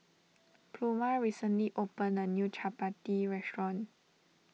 Pluma recently opened a new Chapati restaurant